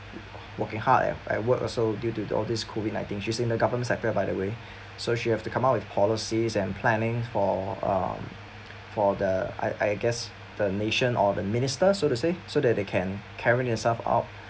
working hard at work also due to the all this COVID nineteen she's in the government sector by the way so she have to come up with policies and planning for um for the I I guess the nation or the minister so to say so that they can caring herself up